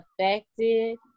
affected